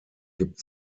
gibt